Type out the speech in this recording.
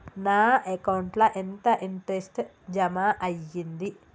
నా అకౌంట్ ల ఎంత ఇంట్రెస్ట్ జమ అయ్యింది?